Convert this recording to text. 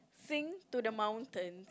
sing to the mountain